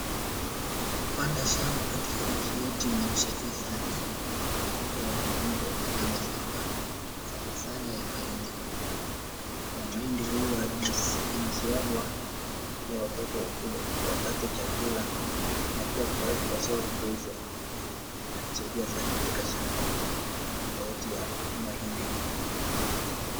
Kupanda shamba katika nchi yetu inatusaidia sana. Hapa watu wengi wamepanda shamba sanasana ya mahindi. Ya mahindi huwa inasyagwa hili watoto wapate chakula na pia kupelekwa soko kuuzwa. Inatusaidia sana katika shamba. Shamba yetu ya mahindi.